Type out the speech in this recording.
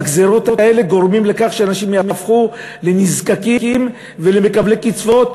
ובגזירות האלה גורמים לכך שאנשים יהפכו לנזקקים ולמקבלי קצבאות,